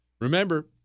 Remember